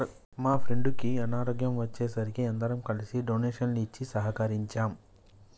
మా ఫ్రెండుకి అనారోగ్యం వచ్చే సరికి అందరం కలిసి డొనేషన్లు ఇచ్చి సహకరించాం